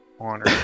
Honor